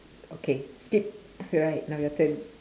okay skip alright now your turn